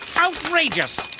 Outrageous